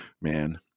man